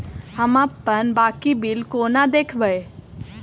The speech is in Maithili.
हम अप्पन बाकी बिल कोना देखबै?